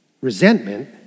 resentment